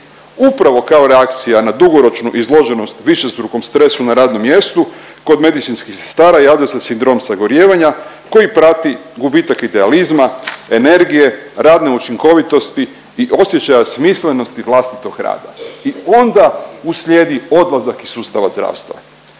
Upravo kao reakcija na dugoročnu izloženost višestrukom stresu na radnom mjestu, kod medicinskih sestara javlja se sindrom sagorijevanja koji prati gubitak idealizma, energije, radne učinkovitosti i osjećaja smislenosti vlastitog rada. I onda uslijedi odlazak iz sustava zdravstva.